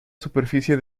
superficie